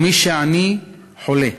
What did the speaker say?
ומי שעני, חולה,